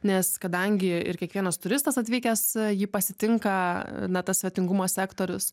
nes kadangi ir kiekvienas turistas atvykęs jį pasitinka na tas svetingumo sektorius